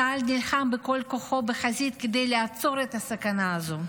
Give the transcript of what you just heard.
צה"ל נלחם בכל כוחו בחזית כדי לעצור את הסכנה הזאת.